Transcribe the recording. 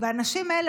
והאנשים האלה,